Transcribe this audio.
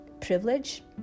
privilege